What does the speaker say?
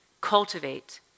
Cultivate